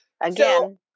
Again